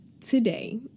today